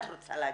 את רוצה להגיד.